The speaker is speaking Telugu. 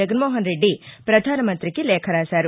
జగన్మోహన్రెడ్డి ప్రధానమంతికి లేఖ రాశారు